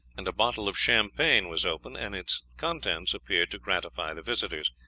and a bottle of champagne was opened, and its contents appeared to gratify the visitors.